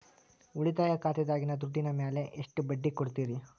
ಉಳಿತಾಯ ಖಾತೆದಾಗಿನ ದುಡ್ಡಿನ ಮ್ಯಾಲೆ ಎಷ್ಟ ಬಡ್ಡಿ ಕೊಡ್ತಿರಿ?